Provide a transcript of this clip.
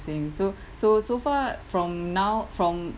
so so so far from now from